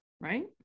Right